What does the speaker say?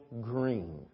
green